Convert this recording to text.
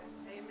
Amen